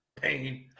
pain